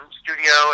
studio